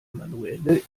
manuelle